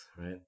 right